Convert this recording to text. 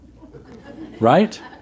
Right